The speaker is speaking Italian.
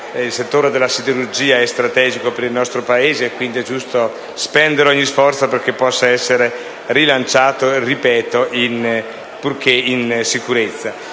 il settore della siderurgia è strategico per il nostro Paese, quindi è giusto compiere ogni sforzo perché possa essere rilanciato, purché in sicurezza.